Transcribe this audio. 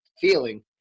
feeling